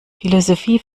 philosophie